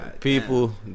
People